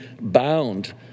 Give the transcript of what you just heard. bound